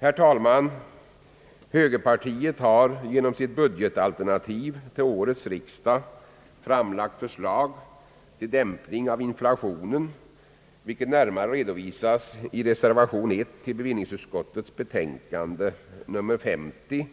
Herr talman! Högerpartiet har genom sitt budgetalternativ till årets riksdag framlagt förslag till dämpning av inflationen, vilket närmare redovisas i reservation I till bevillningsutskottets betänkande nr 50,